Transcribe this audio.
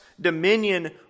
dominion